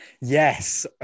Yes